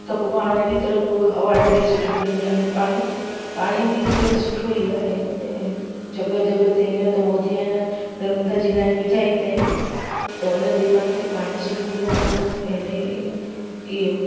त पोइ पाण अहिड़ी तर्फ़ हवा ॾाढी सुठी मिलंदी आहे अने पाणी पाणी बि एतिरे सुठो ई आहे ऐं जॻह जॻह ते हींअर त मोदी आहे न नर्मदा जी लाइन विझाई अथई त उन ते पाण खे पाणी सुठो मिलंदो आहे अने इहो